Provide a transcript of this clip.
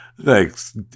Thanks